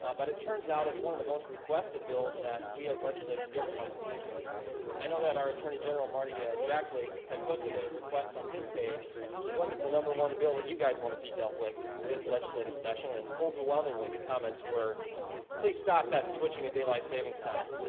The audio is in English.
but it turns out it's one of the most requested bills that we as legislators get from our constituents i know that our attorney general marty ah jackley had posted a request on his page what is the number one bill that you guys want to see dealt with this legislative session and overwhelmingly the comments were please stop that switching a daylight savings time